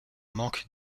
manque